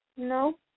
No